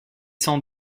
sans